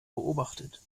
beobachtet